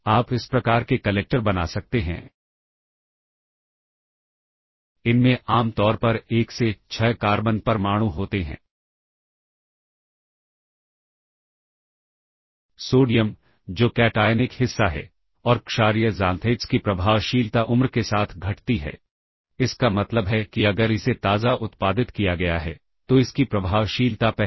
अब पुश और पॉप जैसा कि हम पहले ही कह चुके हैं कि पुश और पॉप का उपयोग विपरीत क्रम में किया जाना चाहिए जिस क्रम में आप रजिस्टरों को पुश करते हैं आपको पॉप को विपरीत क्रम में करना चाहिए